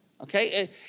Okay